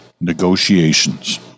Negotiations